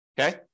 okay